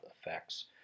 effects